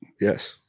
yes